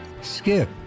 Skip